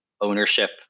ownership